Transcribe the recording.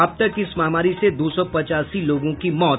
अब तक इस महामारी से दो सौ पचासी लोगों की मौत